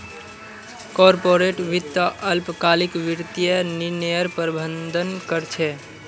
corporate वित्त अल्पकालिक वित्तीय निर्णयर प्रबंधन कर छे